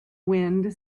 wind